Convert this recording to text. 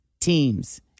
teams